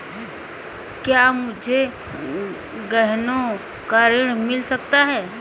क्या मुझे गहनों पर ऋण मिल सकता है?